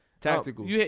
Tactical